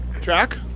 Track